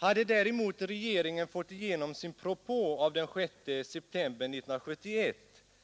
Hade däremot regeringen fått igenom sin propå av den 6 september 1971